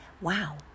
wow